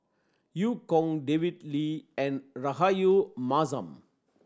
Eu Kong David Lee and Rahayu Mahzam